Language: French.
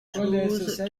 choses